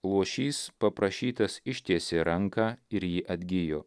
luošys paprašytas ištiesė ranką ir ji atgijo